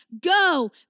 go